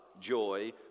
joy